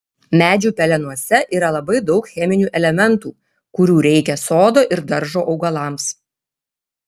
medžių pelenuose yra labai daug cheminių elementų kurių reikia sodo ir daržo augalams